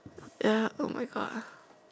ya oh my God